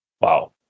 Wow